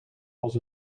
als